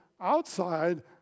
outside